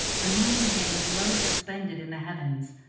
the moon hangs low-suspended in the heavens,